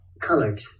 colored